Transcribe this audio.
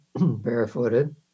barefooted